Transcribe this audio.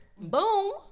boom